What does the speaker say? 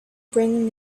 bring